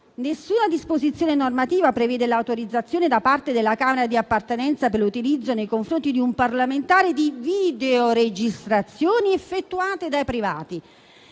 Nessuna disposizione normativa prevede l'autorizzazione da parte della Camera di appartenenza per l'utilizzo, nei confronti di un parlamentare, di videoregistrazioni effettuate da privati.